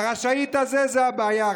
ה"רשאית" הזה זו הבעיה.